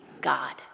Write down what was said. God